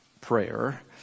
prayer